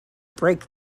break